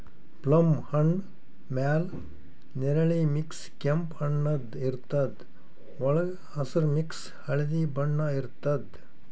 plum ಹಣ್ಣ್ ಮ್ಯಾಲ್ ನೆರಳಿ ಮಿಕ್ಸ್ ಕೆಂಪ್ ಬಣ್ಣದ್ ಇರ್ತದ್ ವಳ್ಗ್ ಹಸ್ರ್ ಮಿಕ್ಸ್ ಹಳ್ದಿ ಬಣ್ಣ ಇರ್ತದ್